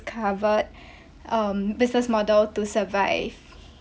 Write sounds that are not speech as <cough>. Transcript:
discovered <breath> um business model to survive